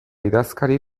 idazkari